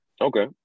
Okay